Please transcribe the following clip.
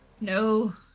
No